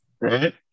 right